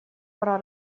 пора